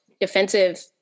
defensive